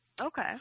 Okay